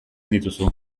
dituzu